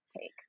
take